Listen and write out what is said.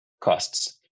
costs